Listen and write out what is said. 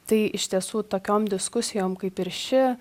tai iš tiesų tokiom diskusijom kaip ir ši